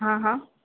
હા હા